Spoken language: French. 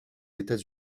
états